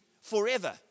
forever